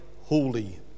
holy